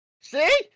See